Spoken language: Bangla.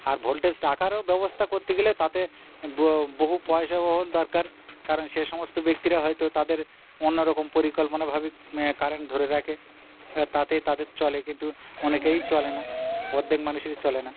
আর ভোল্টেজ রাখারও ব্যবস্থা করতে গেলে তাতে বহু পয়সাবহুল দরকার কারণ সে সমস্ত ব্যক্তিরা হয়তো তাদের অন্যরকম পরিকল্পনাভাবে কারেন্ট ধরে রাখে তাতেই তাদের চলে কিন্তু অনেকেরই চলে না অর্ধেক মানুষেরই চলে না